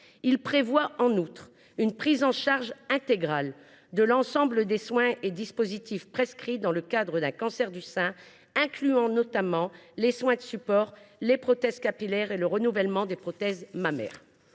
Il prévoit, en outre, une prise en charge intégrale de l’ensemble des soins et dispositifs prescrits dans le cadre d’un cancer du sein, ce qui comprend notamment les soins de support, les prothèses capillaires et le renouvellement des prothèses mammaires.